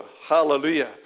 Hallelujah